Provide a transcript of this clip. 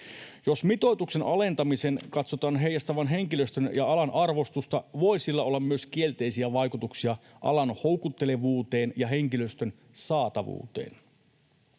Jos mitoituksen alentamisen katsotaan heijastavan henkilöstön ja alan arvostusta, voi siellä olla myös kielteisiä vaikutuksia alan houkuttelevuuteen ja henkilöstön saatavuuteen.